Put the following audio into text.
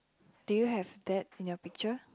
do you have that in your picture